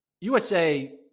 USA